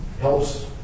helps